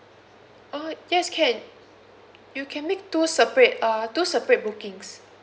oh yes can you can make two separate uh two separate bookings